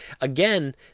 again